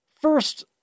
First